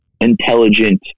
intelligent